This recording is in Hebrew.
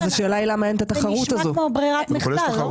זה נשמע כמו ברירת מחדל.